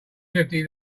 fifty